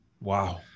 Wow